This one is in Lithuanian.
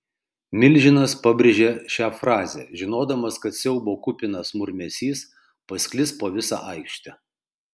milžinas pabrėžė šią frazę žinodamas kad siaubo kupinas murmesys pasklis po visą aikštę